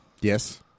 Yes